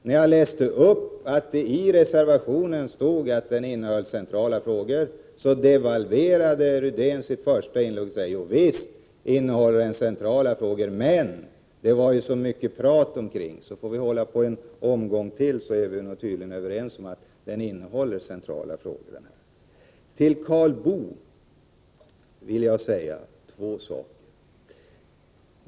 När jag läste upp att det står i reservationen att det är centrala frågor som tas upp, devalverade Rune Rydén sitt första inlägg och sade: Ja visst, det innehåller centrala frågor, men det är ju så mycket prat omkring. Får vi hålla på en omgång till, blir vi tydligen överens om att det innehåller centrala frågor. Till Karl Boo vill jag säga två saker.